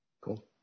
Cool